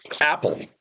Apple